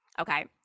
okay